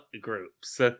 groups